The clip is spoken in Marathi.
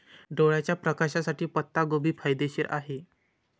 डोळ्याच्या प्रकाशासाठी पत्ताकोबी फायदेशीर आहे